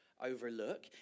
overlook